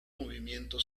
movimiento